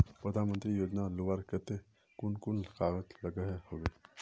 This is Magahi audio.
प्रधानमंत्री योजना लुबार केते कुन कुन कागज लागोहो होबे?